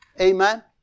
Amen